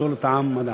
נשאל את העם מה דעתו.